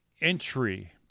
entry